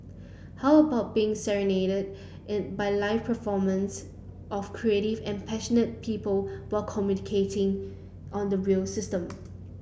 how about being serenaded in by live performance of creative and passionate people while commuting on the rail system